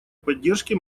поддержке